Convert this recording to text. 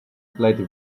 plenty